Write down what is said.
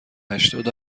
هشتاد